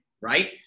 right